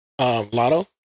Lotto